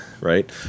right